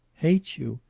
hate you!